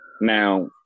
Now